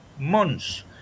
months